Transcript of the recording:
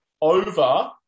over